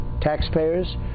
taxpayers